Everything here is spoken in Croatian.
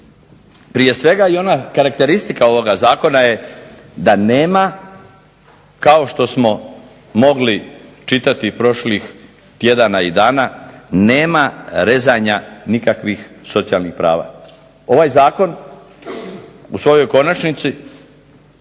prije svega i ona karakteristika ovoga zakona je da nema kao što smo mogli čitati prošlih tjedana i dana nema rezanja nikakvih socijalnih prava. Ovaj zakon u svojoj konačnici